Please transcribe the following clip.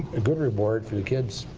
a good reward for kids.